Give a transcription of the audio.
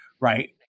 Right